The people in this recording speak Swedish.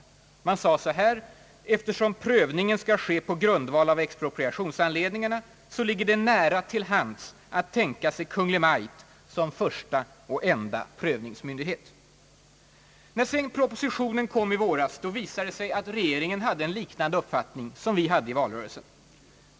Men man sade så här: »Eftersom prövningen skall ske på grundval av :expropriationsanledningarna ligger. det nära till hands att tänka sig Kungl. Maj:t som första och enda prövningsmyndighet.» När sedan propositionen kom i våras visade det sig att regeringen hade en liknande uppfattning.